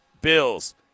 Bills